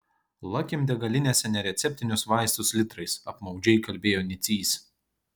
lakim degalinėse nereceptinius vaistus litrais apmaudžiai kalbėjo nicys